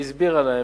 והסבירה להם,